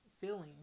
feelings